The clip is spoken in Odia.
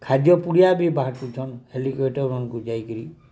ଖାଦ୍ୟ ପୁଡ଼ିଆ ବି ବାଣ୍ଟୁଛନ୍ ହେଲିକେପ୍ଟର୍ ମାନ୍ଙ୍କୁ ଯାଇକିରି